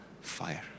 fire